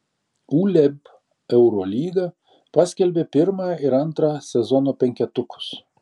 uleb eurolyga paskelbė pirmą ir antrą sezono penketukus